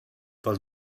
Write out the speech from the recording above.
pel